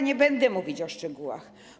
Nie będę mówić o szczegółach.